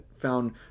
found